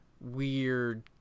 weird